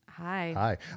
Hi